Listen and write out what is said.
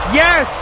yes